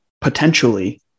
potentially